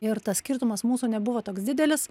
ir tas skirtumas mūsų nebuvo toks didelis